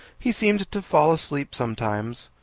he seemed to fall asleep sometimes,